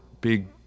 big